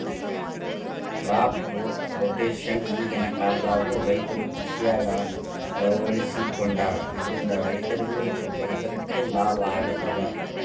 crop rotation ಈಗಿನ ಕಾಲದಾಗು ರೈತರು ಕೃಷಿಯಾಗ ಅಳವಡಿಸಿಕೊಂಡಾರ ಇದರಿಂದ ರೈತರಿಗೂ ಮತ್ತ ಪರಿಸರಕ್ಕೂ ಲಾಭ ಆಗತದ